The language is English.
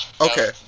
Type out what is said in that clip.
Okay